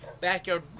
backyard